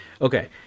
Okay